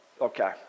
okay